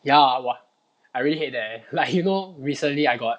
ya !wah! I really hate that leh like you know recently I got